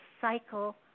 cycle